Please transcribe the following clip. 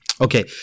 okay